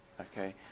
okay